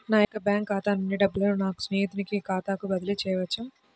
నా యొక్క బ్యాంకు ఖాతా నుండి డబ్బులను నా స్నేహితుని ఖాతాకు బదిలీ చేయవచ్చా?